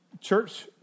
church